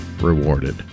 rewarded